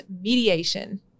mediation